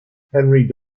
henry